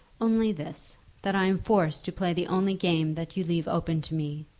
only this that i am forced to play the only game that you leave open to me.